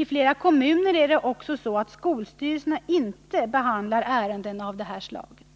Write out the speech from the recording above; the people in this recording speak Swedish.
I flera kommuner är det dessutom så att skolstyrelserna ej behandlar ärenden av detta slag.